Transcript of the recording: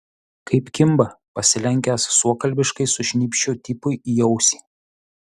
kaip kimba pasilenkęs suokalbiškai sušnypščiau tipui į ausį